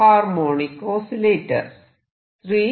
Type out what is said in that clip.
harmonic oscillator 3